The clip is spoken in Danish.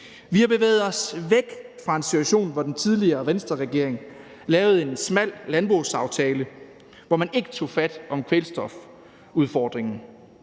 Vi har bevæget os væk fra en situation, hvor den tidligere Venstreregering lavede en smal landbrugsaftale, hvor man ikke tog fat om kvælstofudfordringen.